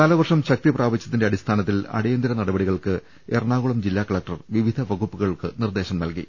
കാലവർഷം ശക്തി പ്രാപിച്ചതിന്റെ അടിസ്ഥാനത്തിൽ അടിയന്തിര നടപടികൾക്ക് എറണാകുളം ജില്ലാ കലക്ടർ വിവിധ വകുപ്പുകൾക്ക് നിർദ്ദേശം നൽകി